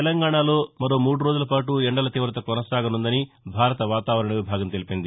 తెలంగాణలో మరో మూడు రోజులపాటు ఎండల తీవత కొనసాగనుందని భారత వాతావరణ విభాగం తెలిపింది